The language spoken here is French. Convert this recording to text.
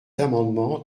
amendement